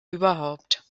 überhaupt